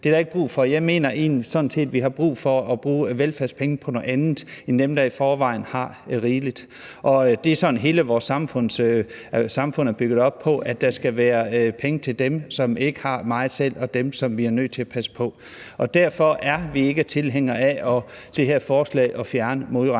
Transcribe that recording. Jeg mener sådan set, vi har brug for at bruge velfærdspenge på nogle andre end dem, der i forvejen har rigeligt. Det er sådan, hele vores samfund er bygget op, nemlig at der skal være penge til dem, som ikke har meget selv, og dem, som vi er nødt til at passe på. Derfor er vi ikke tilhængere af det her forslag om at fjerne modregningen